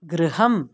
गृहम्